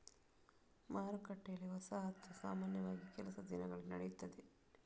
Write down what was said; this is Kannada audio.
ಮಾರುಕಟ್ಟೆಯಲ್ಲಿ, ವಸಾಹತು ಸಾಮಾನ್ಯವಾಗಿ ಕೆಲಸದ ದಿನಗಳಲ್ಲಿ ನಡೆಯುತ್ತದೆ